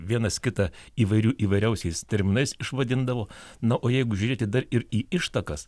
vienas kitą įvairių įvairiausiais terminais išvadindavo na o jeigu žiūrėti dar ir į ištakas